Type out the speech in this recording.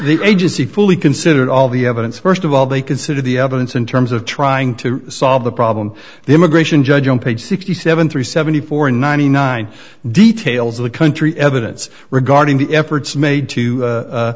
the agency fully considered all the evidence first of all they considered the evidence in terms of trying to solve the problem the immigration judge on page sixty seven three seventy four ninety nine details of the country evidence regarding the efforts made to